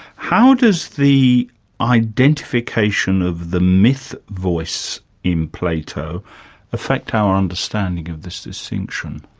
how does the identification of the myth voice in plato affect our understanding of this distinction?